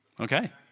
Okay